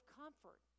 comfort